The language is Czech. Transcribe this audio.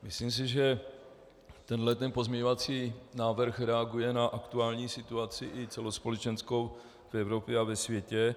Myslím si, že tenhle pozměňovací návrh reaguje na aktuální situaci i celospolečenskou v Evropě a ve světě.